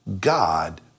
God